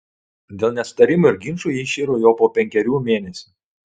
dėl nesutarimų ir ginčų ji iširo jau po penkerių mėnesių